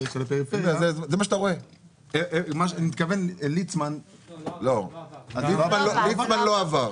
אני מתכוון, ליצמן --- ליצמן לא עבר.